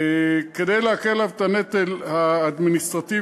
כדי להקל עליו את הנטל האדמיניסטרטיבי,